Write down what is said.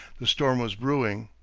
the storm was brewing.